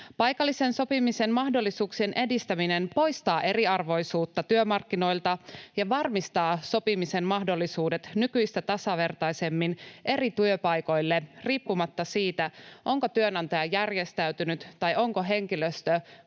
Paikallisen sopimisen mahdollisuuksien edistäminen poistaa eriarvoisuutta työmarkkinoilta ja varmistaa sopimisen mahdollisuudet nykyistä tasavertaisemmin eri työpaikoille riippumatta siitä, onko työnantaja järjestäytynyt tai onko henkilöstö